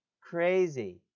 Crazy